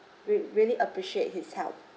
re~ really appreciate his help